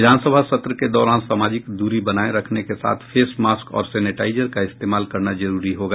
विधानसभा सत्र के दौरान सामाजिक दूरी बनाये रखने के साथ फेस मास्क और सेनेटाईजर का इस्तमाल करना जरूरी होगा